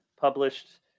published